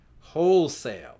wholesale